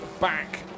back